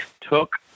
took